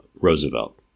Roosevelt